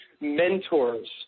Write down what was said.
mentors